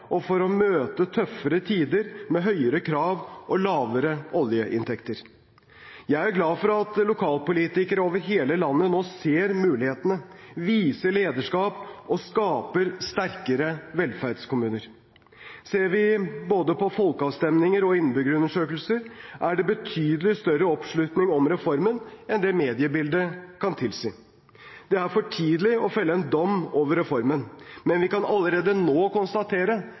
og for å møte tøffere tider med høyere krav og lavere oljeinntekter. Jeg er glad for at lokalpolitikere over hele landet nå ser mulighetene, viser lederskap og skaper sterkere velferdskommuner. Ser vi på både folkeavstemninger og innbyggerundersøkelser, er det betydelig større oppslutning om reformen enn det mediebildet kan tilsi. Det er for tidlig å felle en dom over reformen, men vi kan allerede nå konstatere